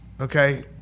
Okay